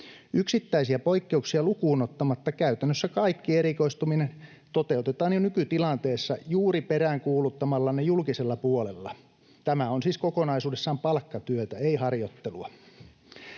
Yksittäisiä poikkeuksia lukuun ottamatta käytännössä kaikki erikoistuminen toteutetaan jo nykytilanteessa juuri peräänkuuluttamalla ne julkisella puolella. Tämä on siis kokonaisuudessaan palkkatyötä, ei harjoittelua.